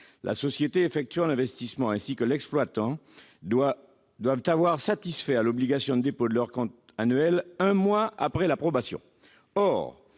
la société effectuant l'investissement et l'exploitant doivent avoir satisfait à l'obligation de dépôt de leurs comptes annuels un mois après l'approbation